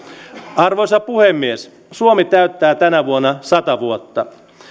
arvoisa puhemies suomi täyttää tänä vuonna sata vuotta